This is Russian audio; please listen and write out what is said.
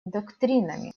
доктринами